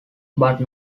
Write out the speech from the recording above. but